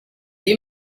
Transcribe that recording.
you